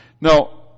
Now